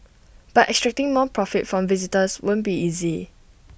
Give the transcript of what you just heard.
but extracting more profit from visitors won't be easy